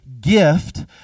gift